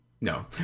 No